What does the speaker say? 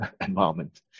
environment